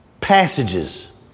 passages